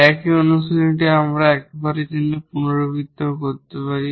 একই অনুশীলনটি আমরা এখন একবারের জন্য রিপিটেড করতে পারি